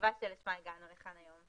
הסיבה לשמה הגענו היום.